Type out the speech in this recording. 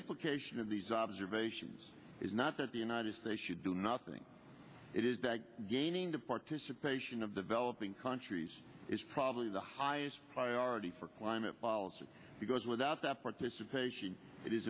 implication of these observations is not that the united states should do nothing it is that gaining the participation of developing countries is probably the highest priority for climate policy because without that participation it is